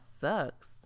sucks